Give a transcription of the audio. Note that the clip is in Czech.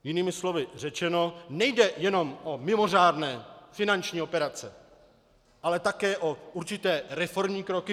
Jinými slovy řečeno, nejde jenom o mimořádné finanční operace, ale také o určité reformní kroky.